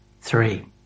three